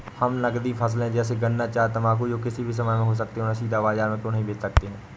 हम नगदी फसल जैसे गन्ना चाय तंबाकू जो किसी भी समय में हो सकते हैं उन्हें सीधा बाजार में क्यो नहीं बेच सकते हैं?